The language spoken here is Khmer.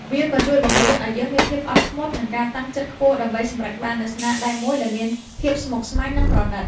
វាក៏ជួយបង្រៀនឱ្យយើងមានភាពអត់ធ្មត់ និងការតាំងចិត្តខ្ពស់ ដើម្បីសម្រេចបាននូវស្នាដៃមួយដែលមានភាពស្មុគស្មាញ និងប្រណីត។